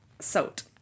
salt